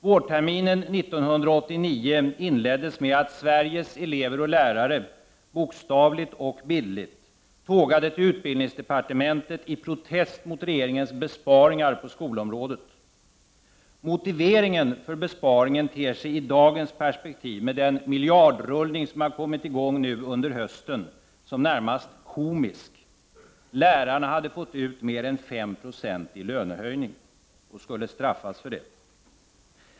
Vårterminen 1989 inleddes med att Sveriges elever och lärare, bokstavligt och bildligt, tågade till utbildningsdepartementet i protest mot regeringens besparingar på skolområdet. Motiveringen för besparingen ter sig i dagens perspektiv, med den miljardrullning som har kommit i gång under hösten, närmast komisk: lärarna hade fått ut mer än 5 20 i lönehöjning. Och de skulle straffas för det.